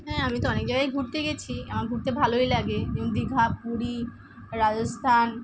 হ্যাঁ আমি তো অনেক জায়গায়ই ঘুরতে গিয়েছি ঘুরতে ভালোই লাগে দীঘা পুরী রাজস্থান